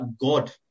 God